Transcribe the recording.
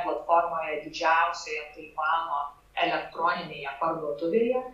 platformoje didžiausioje taivano elektroninėje parduotuvėje